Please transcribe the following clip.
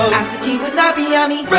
astatine would not be yummy.